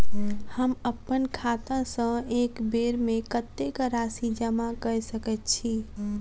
हम अप्पन खाता सँ एक बेर मे कत्तेक राशि जमा कऽ सकैत छी?